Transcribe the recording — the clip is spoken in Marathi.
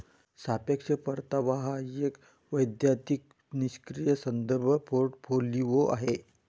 सापेक्ष परतावा हा एक सैद्धांतिक निष्क्रीय संदर्भ पोर्टफोलिओ आहे